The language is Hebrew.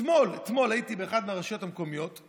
אתמול הייתי באחת מהרשויות המקומיות,